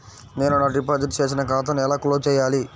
నేను నా డిపాజిట్ చేసిన ఖాతాను ఎలా క్లోజ్ చేయాలి?